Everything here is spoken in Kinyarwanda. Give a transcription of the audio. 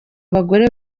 abagore